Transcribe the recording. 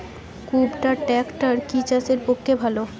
কুবটার ট্রাকটার কি চাষের পক্ষে ভালো?